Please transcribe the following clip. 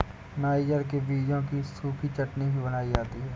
niger के बीजों की सूखी चटनी भी बनाई जाती है